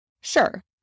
Sure